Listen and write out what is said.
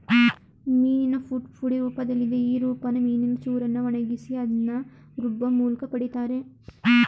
ಮೀನಿನ ಫುಡ್ ಪುಡಿ ರೂಪ್ದಲ್ಲಿದೆ ಈ ರೂಪನ ಮೀನಿನ ಚೂರನ್ನ ಒಣಗ್ಸಿ ಅದ್ನ ರುಬ್ಬೋಮೂಲ್ಕ ಪಡಿತಾರೆ